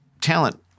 talent